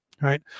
right